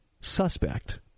suspect